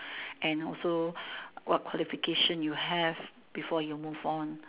and also what qualification you have before you move on